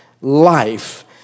life